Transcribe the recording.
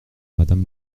madame